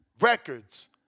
records